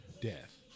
Death